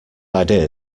idea